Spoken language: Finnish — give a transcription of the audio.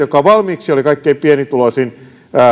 jotka valmiiksi olivat kaikkein pienituloisin